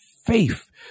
faith